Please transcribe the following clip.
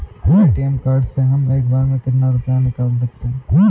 ATM card से हम एक बार में कितना रुपया निकाल सकते हैं?